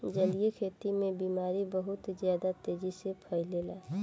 जलीय खेती में बीमारी बहुत ज्यादा तेजी से फइलेला